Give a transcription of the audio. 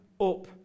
up